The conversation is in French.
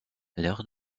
lors